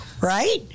right